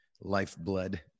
lifeblood